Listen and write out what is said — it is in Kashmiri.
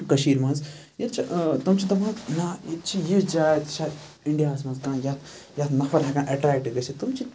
کٔشیٖرِ مَنٛز ییٚتہِ چھِ تِم چھِ دَپان نہ ییٚتہِ چھِ یِژھ جاے تہِ چھےٚ اِنڈیاہَس مَنٛز کانٛہہ یتھ یتھ نَفَر ہیٚکان اَٹریکٹ گٔژھِتھ تِم چھِ